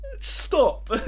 stop